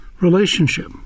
relationship